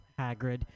Hagrid